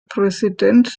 präsidenten